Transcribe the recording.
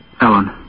Ellen